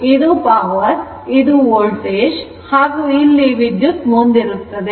ಇದು ಪವರ್ ಇದು ವೋಲ್ಟೇಜ್ ಹಾಗೂ ಇಲ್ಲಿ ವಿದ್ಯುತ್ ಮುಂದಿರುತ್ತದೆ